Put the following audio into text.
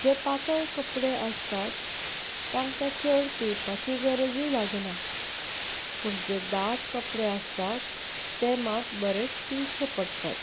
जे पातळ कपडे आसतात तांकां चड पिळपाची गरजूय लागना पूण जे दाट कपडे आसतात ते मात बरेच पिळचे पडटात